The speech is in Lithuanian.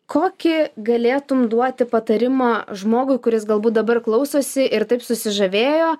kokį galėtum duoti patarimą žmogui kuris galbūt dabar klausosi ir taip susižavėjo